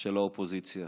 של האופוזיציה.